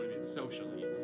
socially